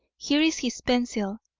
here is his pencil.